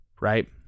right